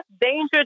danger